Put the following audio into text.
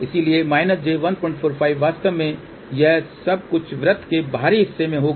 इसलिए j145 वास्तव में यह सब कुछ वृत्त के बाहरी हिस्से में होगा